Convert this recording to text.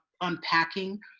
unpacking